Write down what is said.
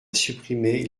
supprimer